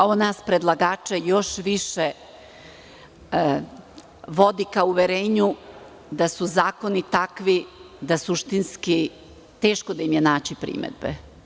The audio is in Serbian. Ovo nas predlagače još više vodi ka uverenju da su zakoni takvi, da suštinski, da im je teško naći primedbe.